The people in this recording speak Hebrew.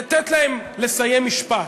לתת להם לסיים משפט.